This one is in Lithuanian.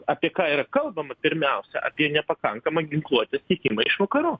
apie ką yra kalbama pirmiausia apie nepakankamą ginkluotės tiekimą iš vakarų